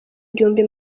gihumbi